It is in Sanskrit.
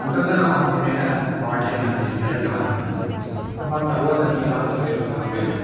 अन्तर्जालमाध्यमेन पाठयन् अस्मि शिक्षकः अस्मि अहम् यस्मात् सर्व सञ्चिकाः तत्रेव स्थापयामि